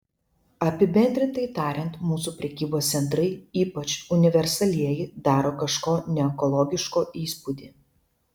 apibendrintai tariant mūsų prekybos centrai ypač universalieji daro kažko neekologiško įspūdį